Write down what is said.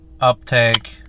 uptake